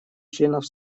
членов